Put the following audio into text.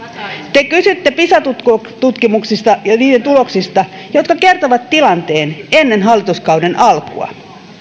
te kysytte pisa tutkimuksista ja niiden tuloksista jotka kertovat tilanteen ennen hallituskauden alkua